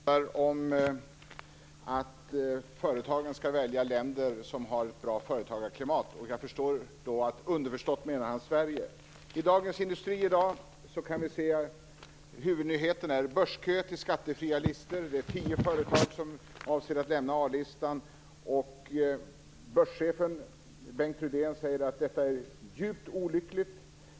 Herr talman! Karl Hagström talar om att företagen skall välja länder som har ett bra företagarklimat. Jag förstår att han underförstått menar Sverige. I Dagens Industri i dag kan vi se att huvudnyheten är börskö till skattefria listor. Det är tio företag som avser att lämna A-listan. Börschefen Bengt Rydén säger att detta är djupt olyckligt.